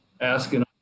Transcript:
asking